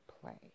play